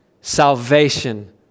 Salvation